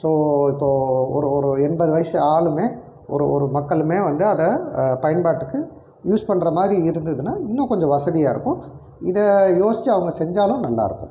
so இப்போ ஒரு ஒரு எண்பது வயது ஆளுமே ஒரு ஒரு மக்களுமே வந்து அதை பயன்பாட்டுக்கு யூஸ் பண்ணுற மாதிரி இருந்ததுனால் இன்னும் கொஞ்சம் வசதியாகருக்கும் இதிய யோசிச்சு அவங்க செஞ்சாலும் நல்லாயிருக்கும்